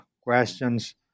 questions